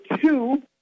two